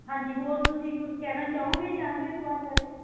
ਹਾਂਜੀ ਹੋਰ ਤੁਸੀਂ ਕੁਝ ਕਹਿਣਾ ਚਾਹੋਗੇ ਜੀ ਅੰਧ ਵਿਸ਼ਵਾਸ ਬਾਰੇ